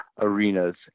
arenas